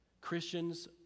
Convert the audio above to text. Christians